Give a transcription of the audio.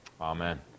Amen